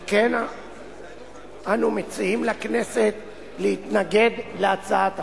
על כן אנו מציעים לכנסת להתנגד להצעת החוק.